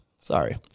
Sorry